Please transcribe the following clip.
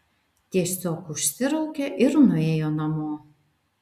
tiesiog užsiraukė ir nuėjo namo